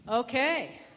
Okay